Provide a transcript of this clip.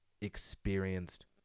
experienced